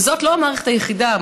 וזאת לא המערכת היחידה.